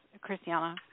Christiana